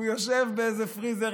הוא יושב באיזה פריזר,